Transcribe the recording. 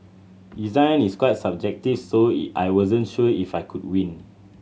design is quite subjective so I wasn't sure if I could win